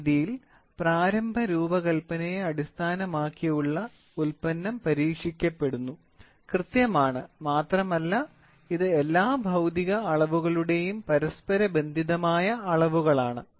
ഈ രീതിയിൽ പ്രാരംഭ രൂപകൽപ്പനയെ അടിസ്ഥാനമാക്കിയുള്ള ഉൽപ്പന്നം പരീക്ഷിക്കപ്പെടുന്നു കൃത്യമാണ് മാത്രമല്ല ഇത് എല്ലാ ഭൌതിക അളവുകളുടെയും പരസ്പരബന്ധിതമായ അളവുകളാണ്